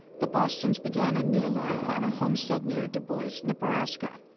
the boston's began a new life on a homestead near du bois, nebraska.